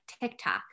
TikTok